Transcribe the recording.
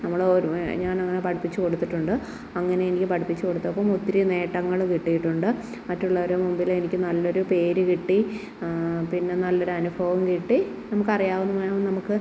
നമ്മളോരോന്ന് ഞാനങ്ങനെ പഠിപ്പിച്ച് കൊടുത്തിട്ടുണ്ട് അങ്ങനെ എനിക്ക് പഠിപ്പിച്ച് കൊടുത്തപ്പം ഒത്തിരി നേട്ടങ്ങള് കിട്ടിയിട്ടുണ്ട് മറ്റുള്ളവരുടെ മുമ്പിലെനിക്ക് നല്ലൊരു പേര് കിട്ടി ആ പിന്നെ നല്ലൊരനുഭവം കിട്ടി നമുക്ക് അറിയാവുന്നത് നമുക്ക്